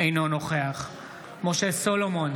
אינו נוכח משה סולומון,